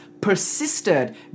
persisted